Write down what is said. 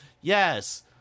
yes